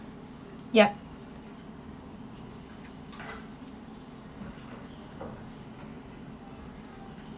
yup